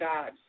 God